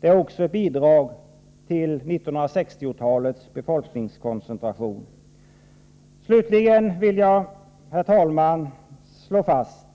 Det är också ett bidrag till 1960-talets befolkningskoncentration. Slutligen vill jag, herr talman, slå fast